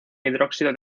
hidróxido